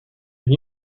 can